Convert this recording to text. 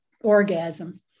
orgasm